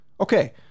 Okay